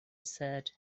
said